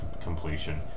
completion